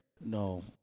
No